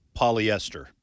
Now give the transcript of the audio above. polyester